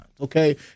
Okay